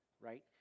right